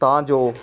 ਤਾਂ ਜੋ